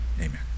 Amen